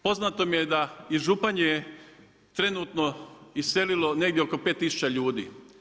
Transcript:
Poznato mi je da iz Županje je trenutno iselilo negdje oko 5000 ljudi.